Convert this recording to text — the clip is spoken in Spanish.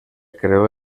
creó